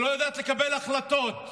שלא יודעת לקבל החלטות,